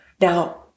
Now